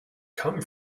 come